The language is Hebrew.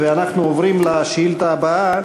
אנחנו עוברים לשאילתה הבאה,